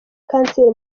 kanseri